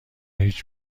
هیچ